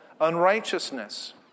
unrighteousness